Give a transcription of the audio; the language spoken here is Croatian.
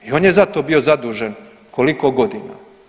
I on je za to bio zadužen koliko godina?